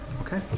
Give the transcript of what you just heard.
Okay